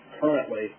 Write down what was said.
currently